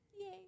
Yay